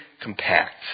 compact